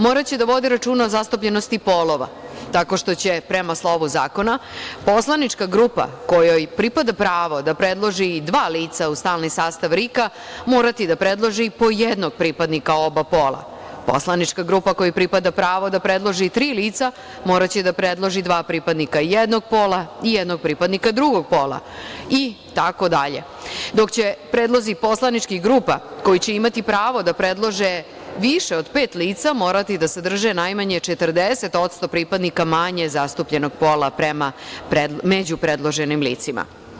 Moraće da vode računa o zastupljenosti polova, tako što će prema slovu zakona poslanička grupa kojoj pripada pravo da predloži dva lica u stalni sastav RIK morati da predloži po jednog pripadnika oba pola, poslaničkoj grupi kojoj pripada pravo da predloži tri lica moraće da predloži dva pripadnika jednog pola i jednog pripadnika drugog pola itd, dok će predlozi poslaničkih grupa koji će imati pravo da predlože više od pet lica morati da sadrže najmanje 40% pripadnika manje zastupljenog pola među predloženim licima.